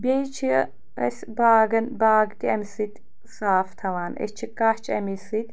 بیٚیہِ چھِ أسۍ باغَن باغ تہِ اَمہِ سۭتۍ صاف تھاوان أسۍ چھِ کَچھ اَمی سۭتۍ